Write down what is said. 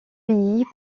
pays